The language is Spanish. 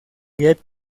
get